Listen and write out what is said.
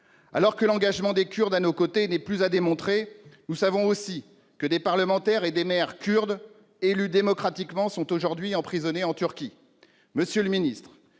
Alors que l'engagement des Kurdes à nos côtés n'est plus à démontrer, nous savons aussi que des parlementaires et des maires kurdes, élus démocratiquement, sont aujourd'hui emprisonnés en Turquie. Monsieur le Premier